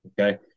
okay